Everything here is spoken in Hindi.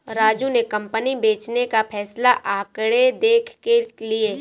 राजू ने कंपनी बेचने का फैसला आंकड़े देख के लिए